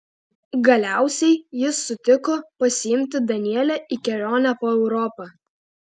galiausiai jis sutiko pasiimti danielę į kelionę po europą